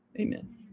Amen